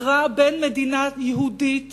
הכרעה בין מדינה יהודית